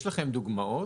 יש לכם דוגמאות